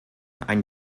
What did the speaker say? ein